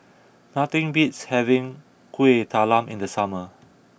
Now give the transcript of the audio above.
nothing beats having Kuih Talam in the summer